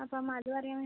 അപ്പം അത് പറയാന്